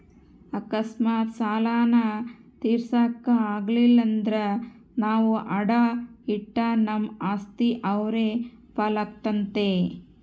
ಅಕಸ್ಮಾತ್ ಸಾಲಾನ ತೀರ್ಸಾಕ ಆಗಲಿಲ್ದ್ರ ನಾವು ಅಡಾ ಇಟ್ಟ ನಮ್ ಆಸ್ತಿ ಅವ್ರ್ ಪಾಲಾತತೆ